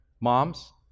Moms